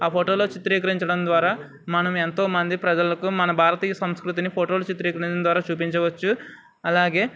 ఆ ఫోటోలో చిత్రీకరించడం ద్వారా మనం ఎంతో మంది ప్రజలకు మన భారతీయ సంస్కృతిని ఫోటోలు చిత్రీకరించడం ద్వారా చూపించవచ్చు అలాగే